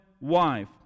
wife